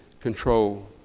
control